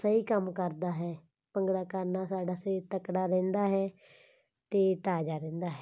ਸਹੀ ਕੰਮ ਕਰਦਾ ਹੈ ਭੰਗੜਾ ਕਰਨ ਨਾਲ ਸਾਡਾ ਸਰੀਰ ਤਕੜਾ ਰਹਿੰਦਾ ਹੈ ਅਤੇ ਤਾਜ਼ਾ ਰਹਿੰਦਾ ਹੈ